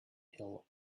hill